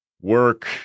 work